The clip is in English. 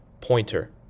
pointer